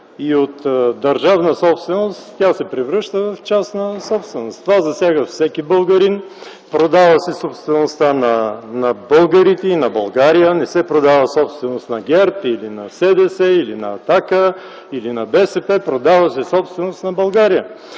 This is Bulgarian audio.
и от държавна собственост тя се превръща в частна. Това засяга всеки българин – продава се собствеността на българите и на България, а не се продава собственост на ГЕРБ или на СДС, или на „Атака”, или на БСП. Продава се собственост на България.